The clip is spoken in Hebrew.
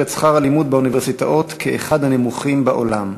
את שכר הלימוד באוניברסיטאות כאחד הנמוכים בעולם.